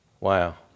Wow